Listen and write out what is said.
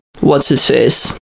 what's-his-face